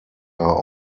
are